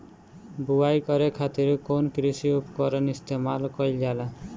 बुआई करे खातिर कउन कृषी उपकरण इस्तेमाल कईल जाला?